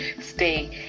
stay